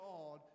God